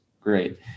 Great